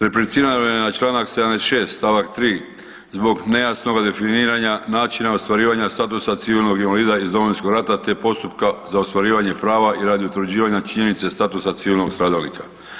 Replicirano je na članak 76. stavak 3. zbog nejasnoga definiranja načina ostvarivanja statusa civilnog invalida iz Domovinskog rata te postupka za ostvarivanje prava i radi utvrđivanja činjenice statusa civilnog stradalnika.